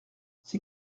c’est